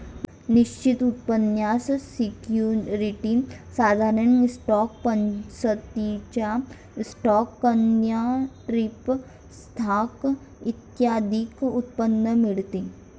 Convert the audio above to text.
निश्चित उत्पन्नाच्या सिक्युरिटीज, साधारण स्टॉक, पसंतीचा स्टॉक, कन्व्हर्टिबल स्टॉक इत्यादींवर उत्पन्न मिळते